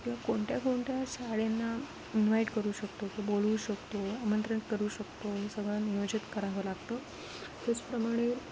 किंवा कोणत्या कोणत्या शाळांना इन्व्हाईट करू शकतो किंवा बोलवू शकतो आमंत्रण करू शकतो सगळं नियोजित करावं लागतं त्याचप्रमाणे